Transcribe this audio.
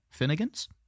finnegans